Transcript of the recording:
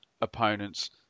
opponents